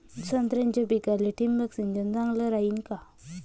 संत्र्याच्या पिकाले थिंबक सिंचन चांगलं रायीन का?